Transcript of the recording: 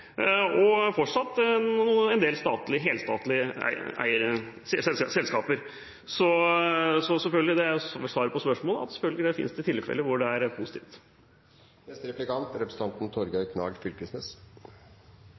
og fortsatt en del helstatlige selskaper. Som svar på spørsmålet: Selvfølgelig finnes det tilfeller hvor det er positivt. Følelsar er ein ting, men samanhengande resonnement er